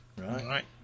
right